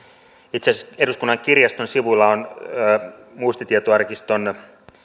itse asiassa eduskunnan kirjaston sivuilla on muistitietoarkiston